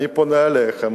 אני פונה אליכם,